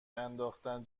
انداختن